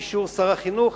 באישור שר החינוך,